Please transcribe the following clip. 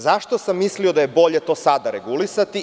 Zašto sam mislio da je bolje to sada regulisati?